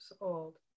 old